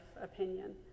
opinion